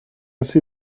see